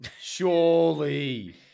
Surely